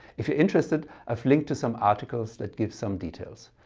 if you're interested i've linked to some articles that give some details.